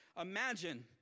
Imagine